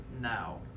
now